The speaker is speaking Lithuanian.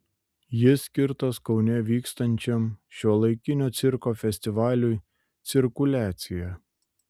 jis skirtas kaune vykstančiam šiuolaikinio cirko festivaliui cirkuliacija